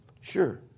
sure